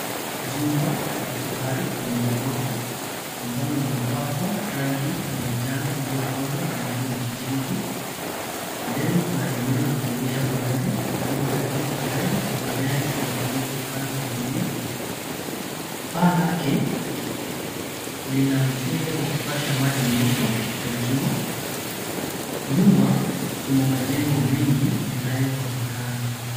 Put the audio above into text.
Jumba na kifahari lenye ghorofa, ambalo limepakwa rangi ya manjano iliyokoza na bluu ya kijivu. Mbele kuna eneo la kuegesha magari, lililowekwa vigae na kuna gari limefunikwa upande wa kulia. Paa lake, lina mfumo wa kupasha maji moto, kwa jua. Nyuma, kuna majengo mengi yanayoonekana.